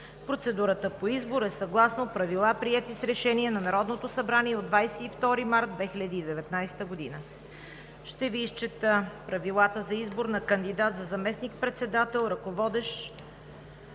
Процедурата по избор е съгласно Правила, приети с Решение на Народното събрание от 22 март 2019 г. Ще Ви изчета Правилата за избор на кандидат за заместник-председател, ръководещ